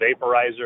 vaporizer